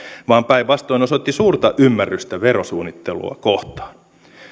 vaan päinvastoin osoitti suurta ymmärrystä verosuunnittelua kohtaan